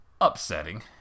upsetting